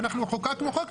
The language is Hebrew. אנחנו חוקקנו חוק,